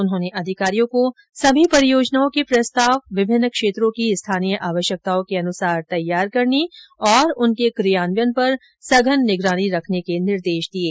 उन्होंने अधिकारियों को सभी परियोजनाओं के प्रस्ताव विभिन्न क्षेत्रों की स्थानीय आवश्यकताओं के अनुसार तैयार करने और उनके कियान्वयन पर सघन निगरानी रखने के निर्देश दिये